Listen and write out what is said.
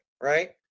right